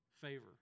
favor